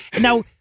Now